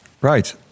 Right